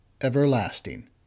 everlasting